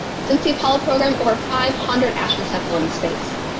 since the apollo program, over five hundred astronauts have flown in space.